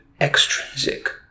extrinsic